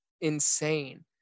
insane